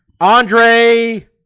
Andre